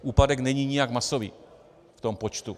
Úpadek není nijak masový v tom počtu.